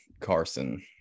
Carson